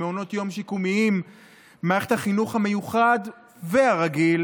במעונות יום שיקומיים ובמערכת החינוך המיוחד והרגיל